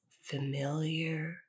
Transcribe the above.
familiar